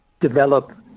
develop